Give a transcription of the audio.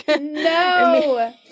no